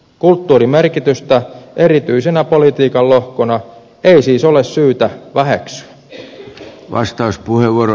kulttuurin merkitystä erityisenä politiikan lohkona ei siis ole syytä väheksyä